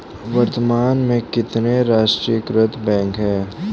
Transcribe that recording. वर्तमान में कितने राष्ट्रीयकृत बैंक है?